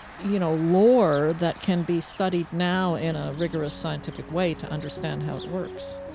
you know, lore that can be studied now in a rigorous scientific way to understand how it works